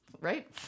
right